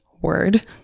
word